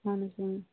اَہَن حظ اۭں